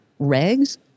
regs